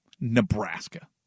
nebraska